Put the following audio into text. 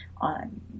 on